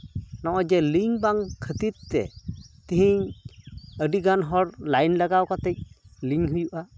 ᱱᱚᱜᱼᱚᱭ ᱡᱮ ᱞᱤᱝᱠ ᱵᱟᱝ ᱠᱷᱟᱹᱛᱤᱨ ᱛᱮ ᱛᱤᱦᱤᱧ ᱟᱹᱰᱤᱜᱟᱱ ᱦᱚᱲ ᱞᱟᱭᱤᱱ ᱞᱟᱜᱟᱣ ᱠᱟᱛᱮ ᱞᱤᱝᱠ ᱦᱩᱭᱩᱜᱼᱟ